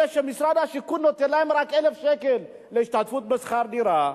אלה שמשרד השיכון נותן להם רק 1,000 שקל להשתתפות בשכר דירה,